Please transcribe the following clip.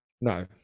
No